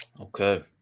Okay